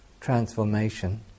transformation